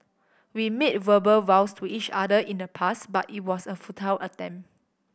we made verbal vows to each other in the past but it was a futile attempt